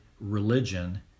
religion